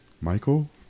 Michael